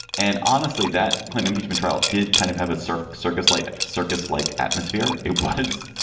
and honestly, that klint impeachment trial did kind of have a circus circus like circus like atmosphere. it was.